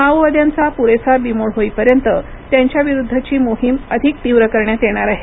माओवाद्यांचा पुरेसा बिमोड होईपर्यंत त्यांच्याविरुद्धची मोहीम अधिक तीव्र करण्यात येणार आहे